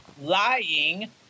lying